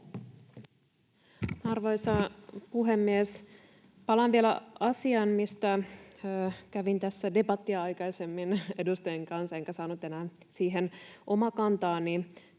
Arvoisa puhemies! Palaan vielä asiaan, mistä kävin tässä aikaisemmin debattia edustajien kanssa, enkä saanut enää siihen omaa kantaani